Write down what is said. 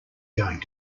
going